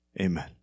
Amen